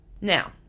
Now